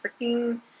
freaking